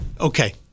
okay